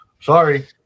sorry